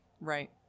Right